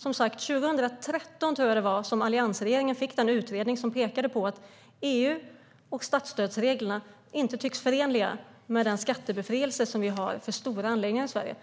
tror, som sagt, att det var 2013 som alliansregeringen fick den utredning där det pekades på att EU och statsstödsreglerna inte tycks förenliga med den skattebefrielse som vi har för stora anläggningar i Sverige.